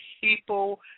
people